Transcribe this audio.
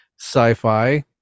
sci-fi